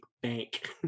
bank